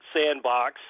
sandbox